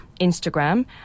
Instagram